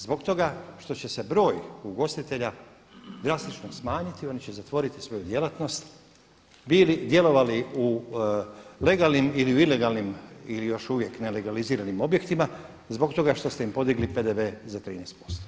Zbog toga što će se broj ugostitelja drastično smanjiti, oni će zatvoriti svoju djelatnost djelovali u legalnim ili u ilegalnim ili još uvijek nelegaliziranim objektima zbog toga što ste im podigli PDV za 13%